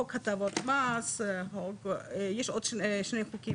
חוק הטבות מס ויש עוד שני חוקים,